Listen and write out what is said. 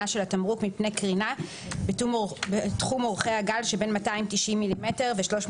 של התמרוק מפני קרינה בתחום אורכי הגל שבין mm290 ו-mm320